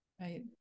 Right